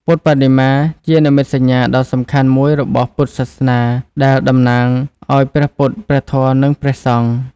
ពុទ្ធបដិមាជានិមិត្តសញ្ញាដ៏សំខាន់មួយរបស់ពុទ្ធសាសនា ដែលតំណាងឲ្យព្រះពុទ្ធ ព្រះធម៌ និងព្រះសង្ឃ។